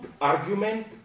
argument